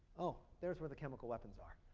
oh, there's where the chemical weapons are.